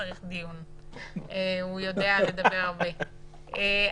יש לחלקה לשלושה סעיפים לא שזו הצדקה חלילה: אחת,